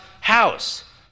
house